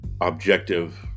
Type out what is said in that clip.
objective